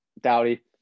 Dowdy